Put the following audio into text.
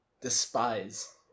despise